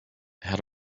had